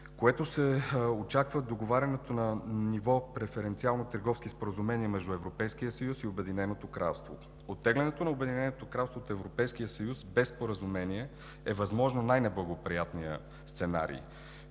което се очаква договарянето на ниво преференциални търговски споразумения между Европейския съюз и Обединеното кралство. Оттеглянето на Обединеното кралство от Европейския съюз без споразумение е възможно най-неблагоприятният сценарий.